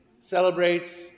celebrates